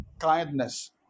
kindness